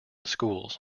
schools